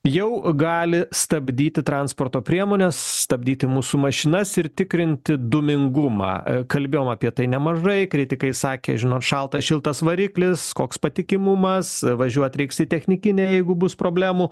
jau gali stabdyti transporto priemones stabdyti mūsų mašinas ir tikrinti dūmingumą a kalbėjom apie tai nemažai kritikai sakė žinot šalta šiltas variklis koks patikimumas važiuot reiks į technikinę jeigu bus problemų